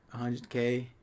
100k